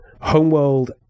Homeworld